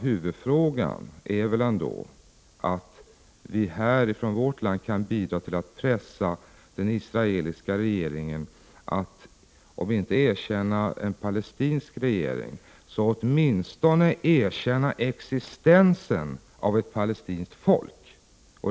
Huvudsaken är väl ändå att vi i vårt land kan bidra till att pressa den israeliska regeringen att om inte erkänna en palestinsk regering så åtminstone erkänna existensen av ett palestinskt folk.